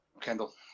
Kendall